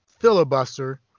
filibuster